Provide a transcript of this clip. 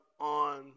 on